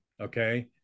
okay